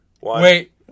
Wait